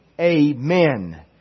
Amen